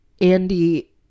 Andy